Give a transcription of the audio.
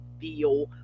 feel